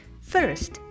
First